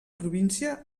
província